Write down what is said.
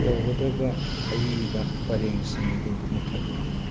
ꯇꯧꯒꯗꯕ ꯑꯏꯕ ꯄꯔꯦꯡꯁꯤꯡꯗꯨ ꯃꯨꯊꯠꯂꯨ